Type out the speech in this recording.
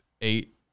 eight